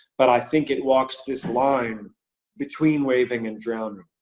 but i think it walks this line between waving and drowning.